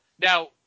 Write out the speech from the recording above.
Now